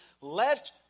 Let